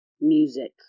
music